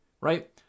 Right